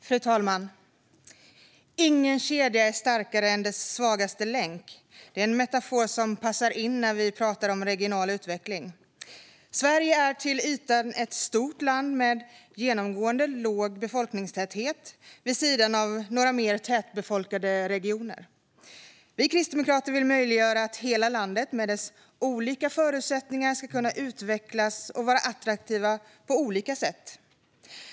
Fru talman! Ingen kedja är starkare än sin svagaste länk. Det är en metafor som passar in när vi pratar om regional utveckling. Sverige är till ytan ett stort land med genomgående låg befolkningstäthet vid sidan av några mer tätbefolkade regioner. Vi kristdemokrater vill möjliggöra att alla delar av landet, med deras olika förutsättningar, ska kunna utvecklas och vara attraktiva på olika sätt.